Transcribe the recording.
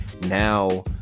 now